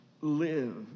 live